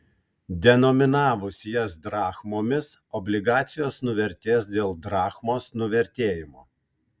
denominavus jas drachmomis obligacijos nuvertės dėl drachmos nuvertėjimo